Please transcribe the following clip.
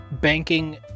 banking